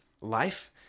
life